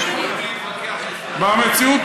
להתווכח איתך, במציאות